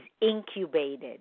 incubated